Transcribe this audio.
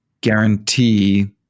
guarantee